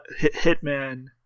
hitman